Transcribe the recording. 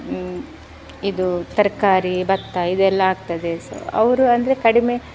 ಇದು ತರಕಾರಿ ಭತ್ತ ಇದೆಲ್ಲ ಆಗ್ತದೆ ಅವರು ಅಂದರೆ ಕಡಿಮೆ